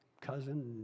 cousin